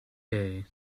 day